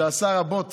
שעשה רבות